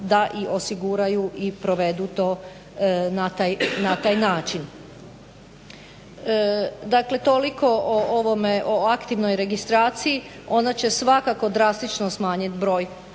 da i osiguraju i provedu to na taj način. Dakle, toliko o ovome, o aktivnoj registraciji. Ona će svakako drastično smanjit broj